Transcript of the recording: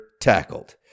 tackled